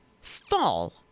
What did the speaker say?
fall